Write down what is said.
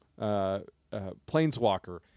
Planeswalker